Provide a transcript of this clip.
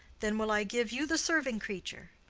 then will i give you the serving-creature.